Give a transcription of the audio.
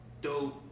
dope